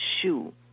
shoe